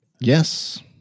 Yes